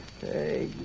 Hey